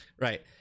Right